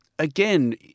Again